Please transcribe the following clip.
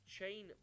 Chain